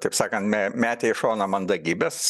taip sakan metė į šoną mandagybes